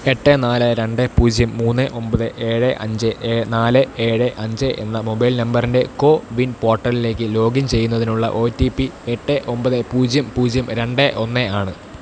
എട്ട് നാല് രണ്ട് പൂജ്യം മൂന്ന് ഒൻപത് ഏഴ് അഞ്ച് ഏ നാല് ഏഴ് അഞ്ച് എന്ന മൊബൈൽ നമ്പറിൻ്റെ കോവിൻ പോർട്ടലിലേക്ക് ലോഗിൻ ചെയ്യുന്നതിനുള്ള ഒ ടി പി എട്ട് ഒൻപത് പൂജ്യം പൂജ്യം രണ്ട് ഒന്ന് ആണ്